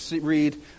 read